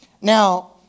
Now